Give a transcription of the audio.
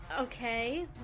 Okay